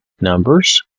Numbers